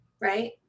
right